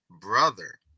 brother